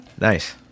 Nice